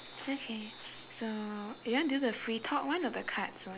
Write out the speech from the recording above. okay so you want do the free talk one or the cards one